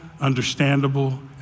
understandable